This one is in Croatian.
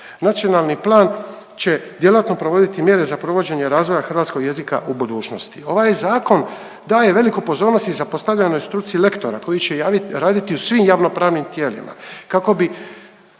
Nacionalni plan će djelatno provoditi mjere za provođenje razvoja hrvatskog jezika u budućnosti. Ovaj zakon daje veliku pozornost i zapostavljanoj struci lektora koji će raditi u svim javnopravnim tijelima kako bi